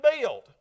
build